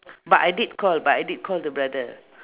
but I did call but I did call the brother